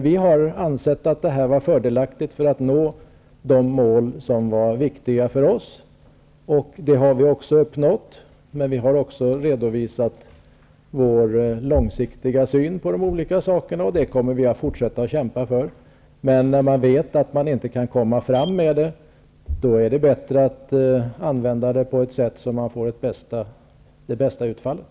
Vi har ansett att detta var fördelaktigt för att nå de mål som var viktiga för oss. Det har vi också uppnått. Men vi har även redovisat vår långsiktiga syn på de olika sakerna, och den kommer vi att fortsätta att kämpa för. Men när man vet att man inte kan komma fram med detta, är det bättre att använda det på ett sådant sätt att man får det bästa utfallet.